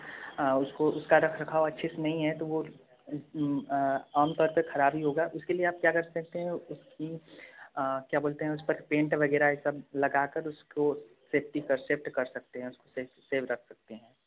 उसको उसका रखरखाव अच्छे से नहीं है तो वह आमतौर पे खराब ही होगा उसके लिए आप क्या कर सकते हैं उसकी क्या बोलते हैं उस पर पेंट वगैरह यह सब लगाकर उसको फिफ्टी पर सेंट कर सकते हैं सेल सेल कर सकते हैं